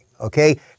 Okay